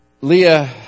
Leah